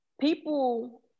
people